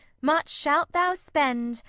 much shalt thou spend,